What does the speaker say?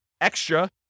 extra